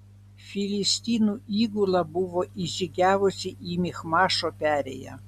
filistinų įgula buvo įžygiavusi į michmašo perėją